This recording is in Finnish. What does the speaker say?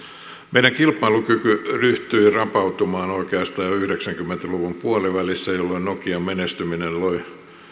meidän kilpailukyky ryhtyi rapautumaan oikeastaan jo yhdeksänkymmentä luvun puolivälissä jolloin nokian menestyminen loi